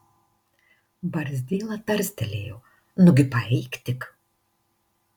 barzdyla tarstelėjo nugi paeik tik